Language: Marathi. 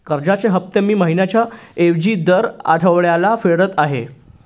कर्जाचे हफ्ते मी महिन्या ऐवजी दर आठवड्याला फेडत आहे